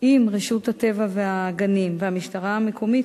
עם רשות הטבע והגנים והמשטרה המקומית,